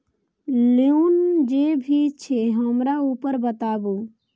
Loan जे भी छे हमरा ऊपर बताबू?